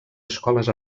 escoles